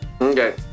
Okay